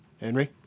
Henry